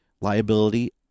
liability